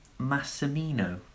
Massimino